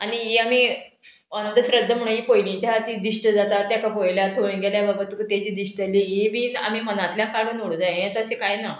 आनी ही आमी अंधश्रद्धा म्हणून ही पयलींच्या ती दिश्ट जाता तेका पळयल्यार थंय गेल्यार बाबा तुका तेजी दिश्ट जाली ही बीन आमी मनांतल्यान काडून उडोवंक जाय हें तशें कांय ना